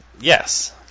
Yes